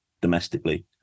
domestically